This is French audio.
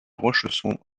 rochesson